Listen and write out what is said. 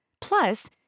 Plus